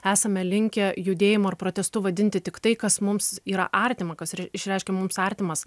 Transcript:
esame linkę judėjimu ir protestu vadinti tik tai kas mums yra artima kas išreiškia mums artimas